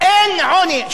שמעתם פעם,